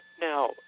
Now